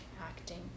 acting